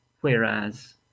whereas